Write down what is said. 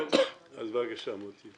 אז בבקשה, מוטי.